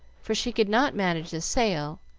for she could not manage the sail,